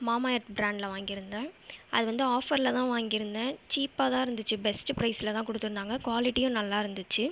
மாமா எர்த் பிராண்டில் வாங்கியிருந்தேன் அது வந்து ஆஃபரில் தான் வாங்கி இருந்தேன் சீப்பாக தான் இருந்துச்சு பெஸ்ட் பிரைசுலலாம் கொடுத்துருந்தாங்க குவாலிட்டியும் நல்லா இருந்துச்சு